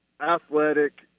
athletic